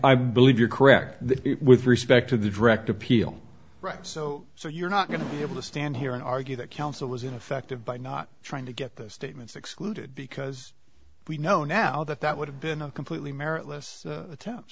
i believe you're correct that with respect to the direct appeal right so so you're not going to be able to stand here and argue that counsel is ineffective by not trying to get those statements excluded because we know now that that would have been a completely meritless